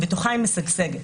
בתוכה היא משגשגת.